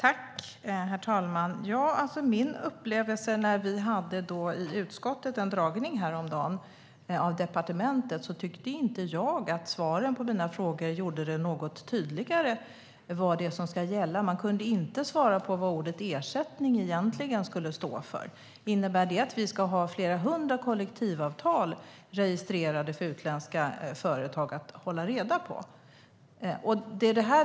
Herr talman! När vi häromdagen fick en föredragning av departementet tyckte jag inte att svaren på mina frågor gjorde det tydligare vad det är som ska gälla. Man kunde inte svara på vad ordet "ersättning" egentligen skulle stå för. Innebär det att vi ska ha flera hundra kollektivavtal registrerade för utländska företag att hålla reda på?